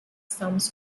sums